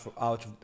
out